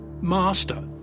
Master